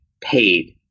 paid